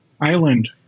island